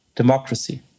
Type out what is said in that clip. democracy